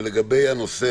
והנושא